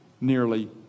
nearly